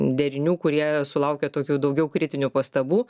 derinių kurie sulaukia tokių daugiau kritinių pastabų